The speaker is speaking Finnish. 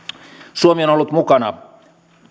suomi on ollut mukana